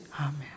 Amen